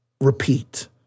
repeat